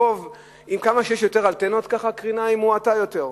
שככל שיש יותר אנטנות כך הקרינה מועטה יותר,